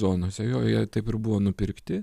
zonose jo jie taip ir buvo nupirkti